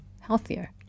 healthier